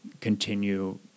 continue